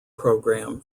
programme